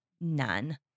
None